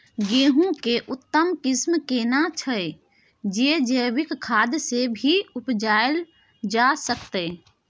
गेहूं के उत्तम किस्म केना छैय जे जैविक खाद से भी उपजायल जा सकते?